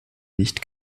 nicht